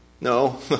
no